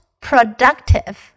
productive